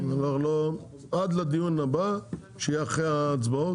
עד לדיון הבא, שיהיה אחרי ההצבעות